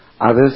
Others